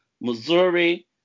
Missouri